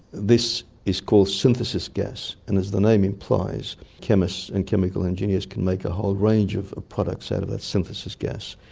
this is called synthesis gas, and as the name implies chemists and chemical engineers can make a whole range of of products out of that synthesis gas.